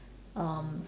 um